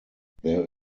there